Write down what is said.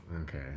okay